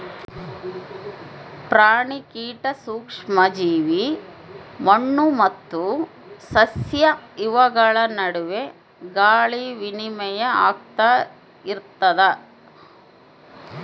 ಪ್ರಾಣಿ ಕೀಟ ಸೂಕ್ಷ್ಮ ಜೀವಿ ಮಣ್ಣು ಮತ್ತು ಸಸ್ಯ ಇವುಗಳ ನಡುವೆ ಗಾಳಿ ವಿನಿಮಯ ಆಗ್ತಾ ಇರ್ತದ